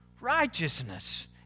righteousness